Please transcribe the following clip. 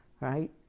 right